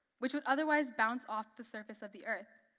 which would otherwise bounce off the surface of the earth,